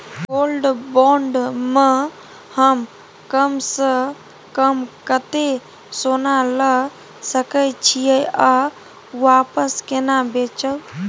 Gold bond म हम कम स कम कत्ते सोना ल सके छिए आ वापस केना बेचब?